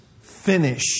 finish